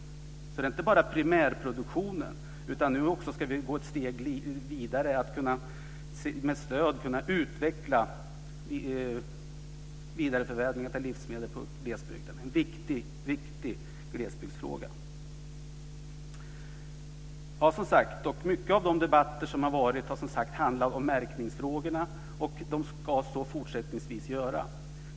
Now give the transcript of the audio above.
Det handlar alltså inte bara om primärproduktionen utan nu ska vi också gå ett steg vidare och med stöd kunna utveckla vidareförädlingen av livsmedel i glesbygden. Det är en mycket viktig glesbygdsfråga. Många av de debatter som har förts har handlat om märkningsfrågorna och ska även fortsättningsvis så göra.